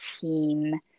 team